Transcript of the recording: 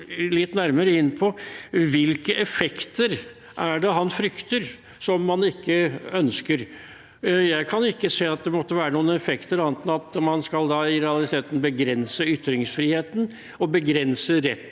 litt nærmere inn på hvilke effekter det er han frykter og som han ikke ønsker. Jeg kan ikke se at det måtte være noen effekter annet enn man i realiteten skal begrense ytringsfriheten og retten